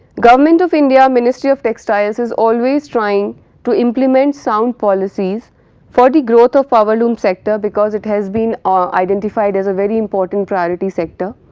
government of india, ministry of textiles is always trying to implement sound policies for the growth of powerloom sector because it has been ah identified as a very important priority sector